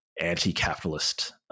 anti-capitalist